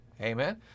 Amen